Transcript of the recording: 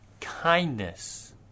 kindness